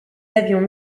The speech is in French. avions